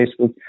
Facebook